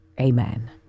Amen